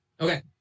Okay